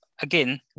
again